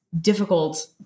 difficult